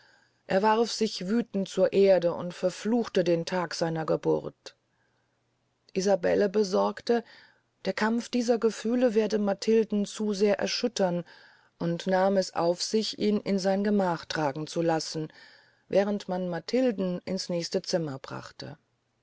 er warf sich wüthend zur erde und verfluchte den tag seiner geburt isabelle besorgte der kampf dieser gefühle werde matilden zu sehr erschüttern und nahm es auf sich ihn in sein gemach tragen zu lassen während man matilden ins nächste zimmer brachte